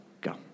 go